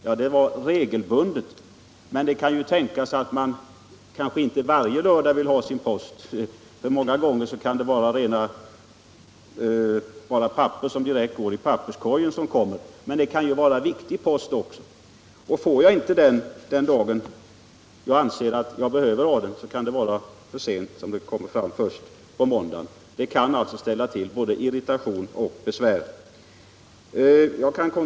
Ja, man kanske inte känner behov av att få post varje lördag. Många gånger kan det vara papper som går direkt i papperskorgen, men det kan vara viktig post också. Får jag den inte på lördagen, när jag anser mig behöva den, kanske det är för sent att få den på måndagen. Detta kan ställa till irritation och besvär.